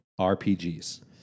RPGs